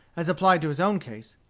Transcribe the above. as applied to his own case,